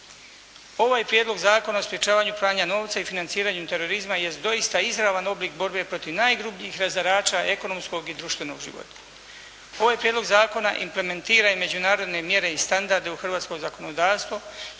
Ovaj Prijedlog zakona o sprečavanju pranja novca i financiranju terorizma jest doista izravan oblik borbe protiv najgrubljih razarača ekonomskog i društvenog života. Ovaj Prijedlog zakona implementira i međunarodne mjere i standarde u hrvatsko zakonodavstvo